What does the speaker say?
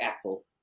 Apple